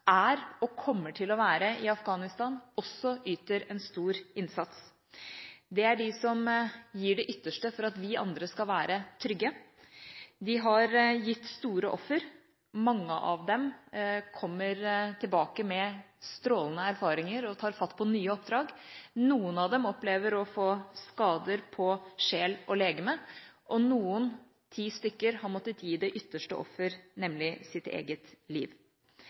er og kommer til å være i Afghanistan, også yter en stor innsats. Det er de som gir det ytterste for at vi andre skal være trygge. De har gitt store offer. Mange av dem kommer tilbake med strålende erfaringer og tar fatt på nye oppdrag. Noen av dem opplever å få skader på sjel og legeme, og noen – ti personer – har måttet gi det ytterste offer, nemlig sitt eget liv.